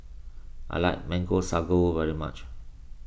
I like Mango Sago very much